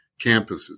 campuses